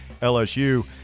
LSU